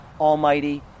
Almighty